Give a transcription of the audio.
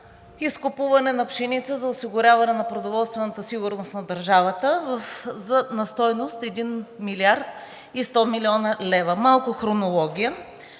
изкупуване на пшеницата за осигуряване на продоволствената сигурност на държавата на стойност 1 млрд. и 100 млн. лв. Малко хронология.